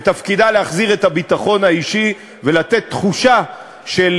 ותפקידה להחזיר את הביטחון האישי ולתת תחושה של